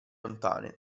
lontane